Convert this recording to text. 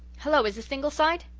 hello, is this ingleside?